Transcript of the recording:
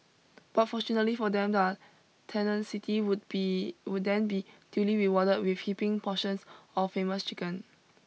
but fortunately for them their tenacity would be would then be duly rewarded with heaping portions of famous chicken